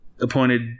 appointed